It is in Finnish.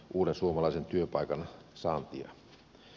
uuden suomalaisen työpaikan saantia